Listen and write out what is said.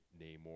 namor